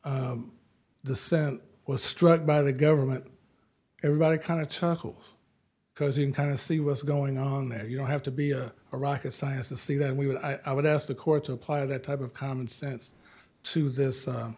american descent was struck by the government everybody kind of chuckles because you can kind of see what's going on there you don't have to be a rocket science to see that we would i would ask the court to apply that type of commonsense to this